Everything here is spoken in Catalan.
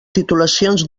titulacions